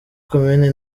komini